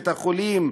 את החולים,